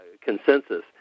consensus